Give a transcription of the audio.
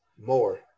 More